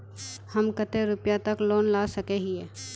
हम कते रुपया तक लोन ला सके हिये?